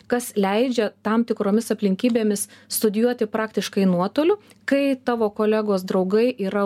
kas leidžia tam tikromis aplinkybėmis studijuoti praktiškai nuotoliu kai tavo kolegos draugai yra